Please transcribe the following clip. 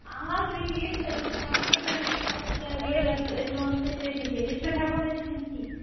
آ تُہۍ یِیِو سٲنِس دُکانَس پٮ۪ٹھ تُہۍ وٕچھُو مطلب کیٛاہ ریٹ آسہِ تہٕ أسۍ وَنو تۄہہِ تٔتی ریٹ یِتھ پٲٹھۍ ہٮ۪کو نہٕ أسۍ ؤنِتھ کینٛہہ